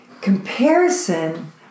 Comparison